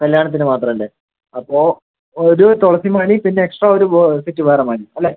കല്ല്യാണത്തിന് മാത്രം അല്ലെ അപ്പോൾ ഒരു തുളസി മതി പിന്ന എക്സ്ട്രാ ഒരു സെറ്റ് വേറെ മതി അല്ലെ